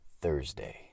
Thursday